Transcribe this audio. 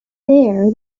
there